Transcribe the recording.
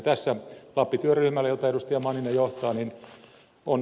tässä lappi työryhmällä jota ed